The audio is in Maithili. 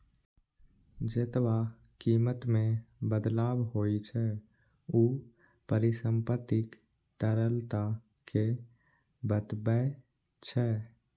जेतबा कीमत मे बदलाव होइ छै, ऊ परिसंपत्तिक तरलता कें बतबै छै